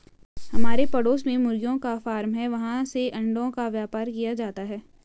हमारे पड़ोस में मुर्गियों का फार्म है, वहाँ से अंडों का व्यापार किया जाता है